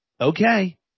okay